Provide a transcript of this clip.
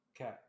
Okay